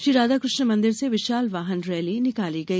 श्री राधा कृष्ण मंदिर से विशाल वाहन रैली निकाली गई